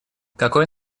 какой